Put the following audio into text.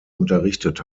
unterrichtet